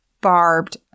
barbed